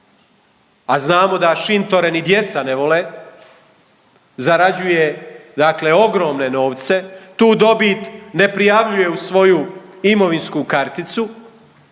a znamo da šintore ni djeca ne vole, zarađuje dakle ogromne novce, tu dobit ne prijavljuje u svoju imovinsku karticu